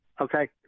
Okay